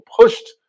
pushed